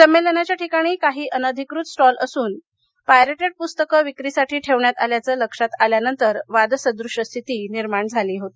संमेलनाच्या ठिकाणी काही अनधिकृत स्टॉल असून पायरेटेड पुस्तके विक्रीसाठी ठेवण्यात आल्याचं लक्षात आल्यानंतर वादसद्रश्य स्थिती निर्माण झाली होती